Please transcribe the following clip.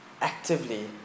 actively